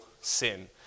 sin